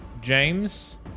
James